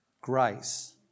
grace